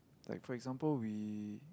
like for example we